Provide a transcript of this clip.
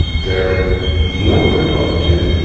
they're more productive,